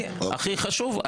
הכי חשוב,